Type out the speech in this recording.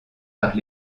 par